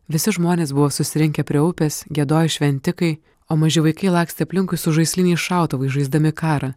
visi žmonės buvo susirinkę prie upės giedojo šventikai o maži vaikai lakstė aplinkui su žaisliniais šautuvais žaisdami karą